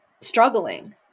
struggling